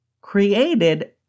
created